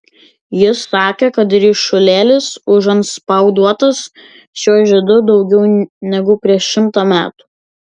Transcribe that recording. jis sakė kad ryšulėlis užantspauduotas šiuo žiedu daugiau negu prieš šimtą metų